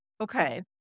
Okay